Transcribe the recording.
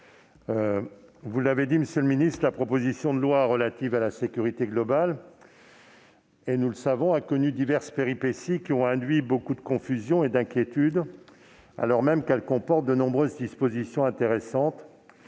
Vous l'avez dit, monsieur le ministre, la proposition de loi relative à la sécurité globale a connu diverses péripéties qui ont induit beaucoup de confusion et d'inquiétude, alors même qu'elle comporte de nombreuses dispositions intéressantes